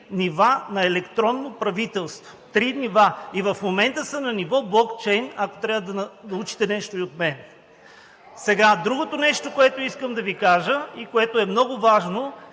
нива на електронно правителство – три нива. В момента са на ниво блокчейн, ако трябва да научите нещо и от мен. Другото нещо, което искам да Ви кажа и което е много важно